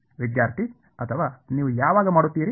ವಿದ್ಯಾರ್ಥಿ ಅಥವಾ ನೀವು ಯಾವಾಗ ಮಾಡುತ್ತೀರಿ